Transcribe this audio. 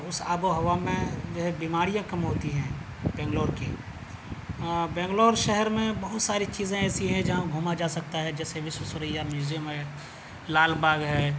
اس آب و ہوا میں جو ہے بیماریاں کم ہوتی ہیں بنگلور کی بنگلور شہر میں بہت ساری چیزیں ایسی ہیں جہاں گھوما جا سکتا ہے جیسے وشو سریا میوزیم ہے لال باغ ہے